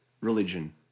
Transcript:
religion